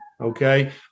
Okay